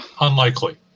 unlikely